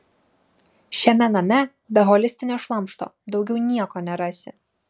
šiame name be holistinio šlamšto daugiau nieko nerasi